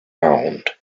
mound